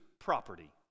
property